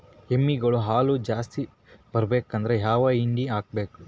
ಎಮ್ಮಿ ಗಳ ಹಾಲು ಜಾಸ್ತಿ ಬರಬೇಕಂದ್ರ ಯಾವ ಹಿಂಡಿ ಹಾಕಬೇಕು?